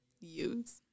use